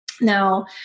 Now